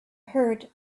heard